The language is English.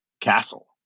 castle